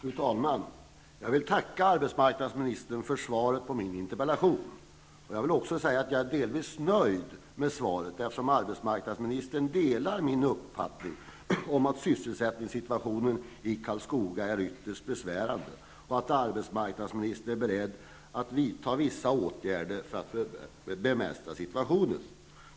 Fru talman! Jag vill tacka arbetsmarknadsministern för svaret på min interpellation. Jag vill också säga att jag är delvis nöjd med svaret, eftersom arbetsmarknadsministern delar min uppfattning att sysselsättningssituationen i Karlskoga är ytterst besvärande och eftersom arbetsmarknadsministern är beredd att vidta vissa åtgärder för att bemästra situationen.